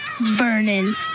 Vernon